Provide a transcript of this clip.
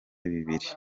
bibiri